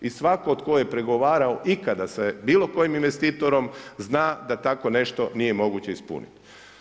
I svatko tko je pregovarao ikada sa bilo kojim investitorom zna da tako nešto nije moguće ispuniti.